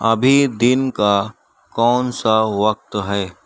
ابھی دن کا کونسا وقت ہے